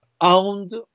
owned